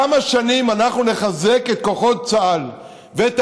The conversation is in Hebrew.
כמה שנים אנחנו נחזק את כוחות צה"ל ואת